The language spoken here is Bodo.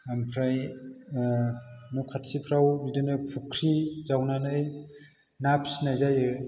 आमफ्राइ न' खाथिफ्राव बिदिनो फुख्रि जावनानै ना फिसिनाय जायो